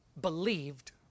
believed